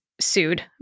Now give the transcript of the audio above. sued